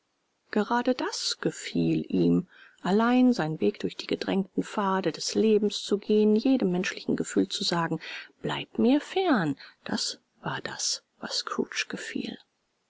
gerade das gefiel ihm allein seinen weg durch die gedrängten pfade des lebens zu gehen jedem menschlichen gefühl zu sagen bleib mir fern das war das was scrooge gefiel